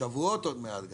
שבועות עוד מעט גם.